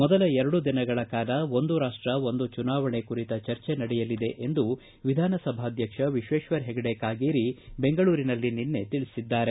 ಮೊದಲ ಎರಡು ದಿನಗಳ ಕಾಲ ಒಂದು ರಾಷ್ಲ ಒಂದು ಚುನಾವಣೆ ಕುರಿತ ಚರ್ಚೆ ನಡೆಯಲಿದೆ ಎಂದು ವಿಧಾನಸಭಾಧ್ಯಕ್ಷ ವಿಶ್ವೇಶ್ವರ ಹೆಗಡೆ ಕಾಗೇರಿ ಬೆಂಗಳೂರಿನಲ್ಲಿ ನಿನ್ನೆ ತಿಳಿಸಿದ್ದಾರೆ